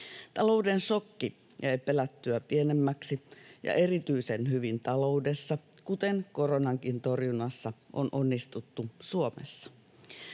Talouden šokki jäi pelättyä pienemmäksi, ja erityisen hyvin taloudessa, kuten koronankin torjunnassa, on onnistuttu Suomessa.